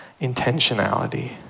intentionality